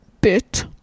bit